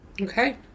Okay